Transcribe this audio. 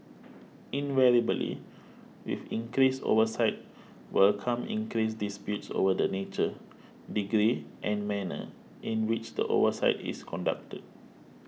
invariably with increased oversight will come increased disputes over the nature degree and manner in which the oversight is conducted